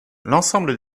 l’ensemble